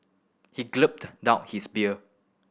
he gulped down his beer